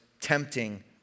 tempting